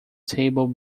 table